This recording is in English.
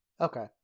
Okay